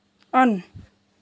on